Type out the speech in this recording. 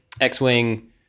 X-Wing